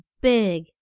big